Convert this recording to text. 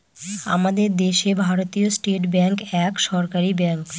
আমাদের দেশে ভারতীয় স্টেট ব্যাঙ্ক এক সরকারি ব্যাঙ্ক